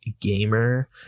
gamer